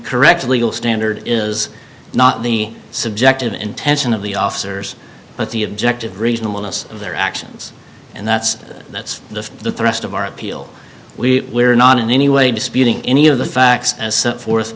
correct legal standard is not the subjective intention of the officers but the objective reasonable ness of their actions and that's that's the thrust of our appeal we're not in any way disputing any of the facts as set forth